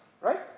Right